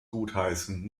gutheißen